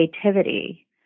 creativity